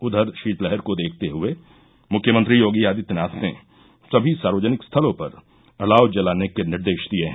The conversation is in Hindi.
उधर शीतलहर को देखते हुये मुख्यमंत्री योगी आदित्यनाथ ने सभी सार्वजनिक स्थलों पर अलाव जलाने के निर्देश दिये हैं